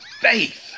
faith